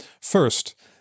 first